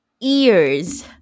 ears